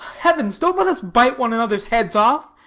heavens! don't let us bite one another's heads off.